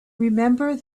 remember